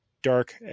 dark